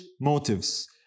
motives